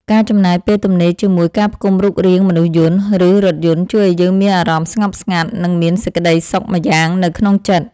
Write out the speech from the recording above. ការចំណាយពេលទំនេរជាមួយការផ្គុំរូបរាងមនុស្សយន្ត ឬរថយន្តជួយឱ្យយើងមានអារម្មណ៍ស្ងប់ស្ងាត់ និងមានសេចក្ដីសុខម្យ៉ាងនៅក្នុងចិត្ត។